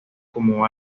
como